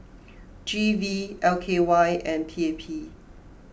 G V L K Y and P A P